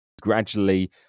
gradually